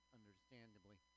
understandably